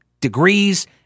degrees